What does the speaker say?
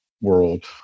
world